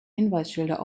hinweisschilder